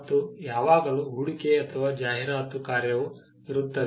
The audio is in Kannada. ಮತ್ತು ಯಾವಾಗಲೂ ಹೂಡಿಕೆ ಅಥವಾ ಜಾಹೀರಾತು ಕಾರ್ಯವೂ ಇರುತ್ತದೆ